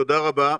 תודה רבה.